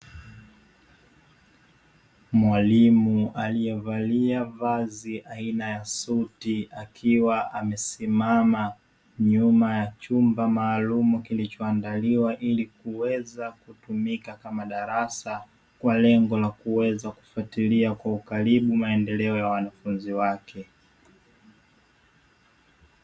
Mwalimu alievalia vazi aina ya suti akiwa amesimama nyuma ya chumba maalum kilichoandaliwa ili kuweza kutumika kama darasa kwa lengo la kuweza kufatilia kwa ukaribu maendeleo ya wanafunzi wake.